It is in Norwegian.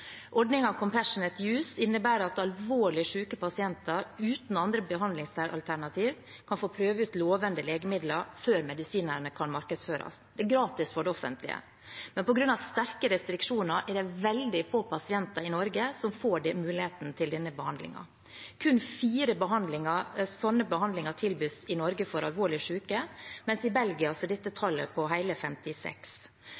innebærer at alvorlig syke pasienter uten andre behandlingsalternativ kan få prøve ut lovende legemidler før medisinene kan markedsføres. Det er gratis for det offentlige. Men på grunn av sterke restriksjoner er det veldig få pasienter i Norge som får mulighet til denne behandlingen. Kun fire sånne behandlinger tilbys i Norge for alvorlig syke, mens i Belgia er dette